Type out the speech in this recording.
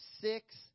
six